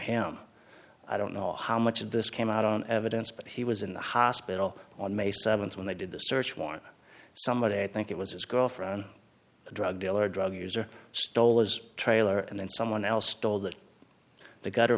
him i don't know how much of this came out on evidence but he was in the hospital on may seventh when they did the search warrant somebody i think it was his girlfriend a drug dealer a drug user stole his trailer and then someone else stole that the gutter